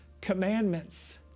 commandments